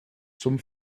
zum